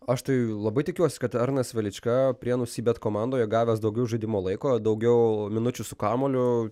aš tai labai tikiuosi kad arnas velička prienų cbet komandoje gavęs daugiau žaidimo laiko daugiau minučių su kamuoliu